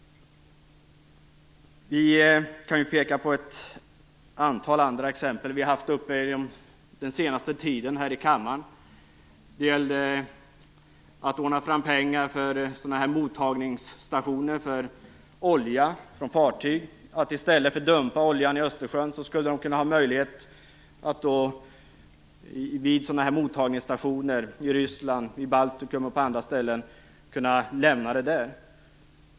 Vi kan peka på ett antal andra exempel på sådant som vi den senaste tiden har haft uppe här i kammaren. Vid ett tillfälle gällde det att ordna fram pengar för mottagningsstationer för olja från fartyg. I stället för att dumpa oljan i Östersjön skulle fartygen kunna få möjlighet att lämna den vid mottagningsstationer i Ryssland, i Baltikum och på andra ställen.